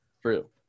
True